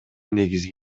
негизги